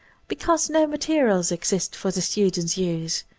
because no materials exist for the student's use.